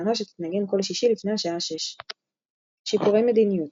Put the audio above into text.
התחנה שתתנגן כל שישי לפני השעה 1800. שיפורי מדיניות